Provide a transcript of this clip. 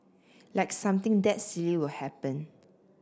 like something that silly will happen